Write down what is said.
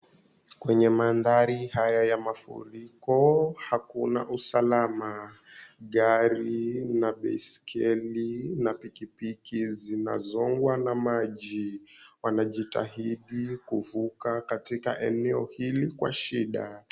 Kwenye mandhari haya ya mafuriko hakuna usalama, gari na baiskeli na pikipiki zinazongwa na maji wanajitahidi kuvuka katika eneo hili kwa shida.